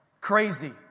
crazy